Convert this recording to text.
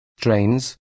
trains